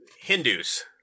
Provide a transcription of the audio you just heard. Hindus